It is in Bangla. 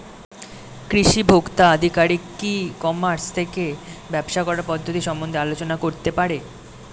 কৃষি ভোক্তা আধিকারিক কি ই কর্মাস থেকে ব্যবসা করার পদ্ধতি সম্বন্ধে আলোচনা করতে পারে?